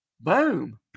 boom